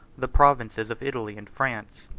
the provinces of italy and france.